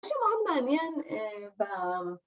‫משהו מאוד מעניין, ו...